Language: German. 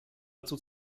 dazu